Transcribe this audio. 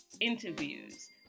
interviews